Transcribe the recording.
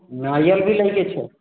नारिअल भी लैके छै